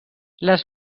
les